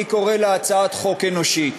אני קורא לה הצעת חוק אנושית,